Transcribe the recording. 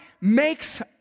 makes